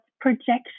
projection